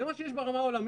זה מה שיש ברמה העולמית.